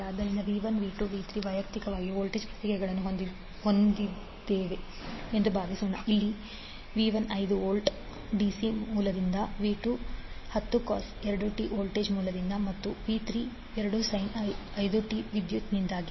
ಆದ್ದರಿಂದ v1 v2 v3 ವೈಯಕ್ತಿಕ voltage ಪ್ರತಿಕ್ರಿಯೆಗಳನ್ನು ಹೊಂದಿದ್ದೇವೆ ಎಂದು ಭಾವಿಸೋಣ ಇಲ್ಲಿ v1 5 V dc ಮೂಲದಿಂದ v2 10 2t ವೋಲ್ಟೇಜ್ ಮೂಲದಿಂದ ಮತ್ತು v3 2 5t ವಿದ್ಯುತ್ದಿಂದಾಗಿ ಮೂಲ